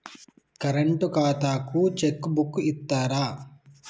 Current ఖాతాకు cheque book ఇత్తరా?